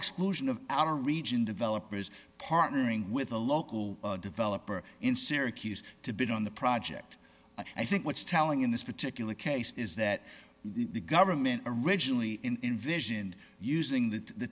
exclusion of our region developers partnering with a local developer in syracuse to bid on the project and i think what's telling in this particular case is that the government originally invision using the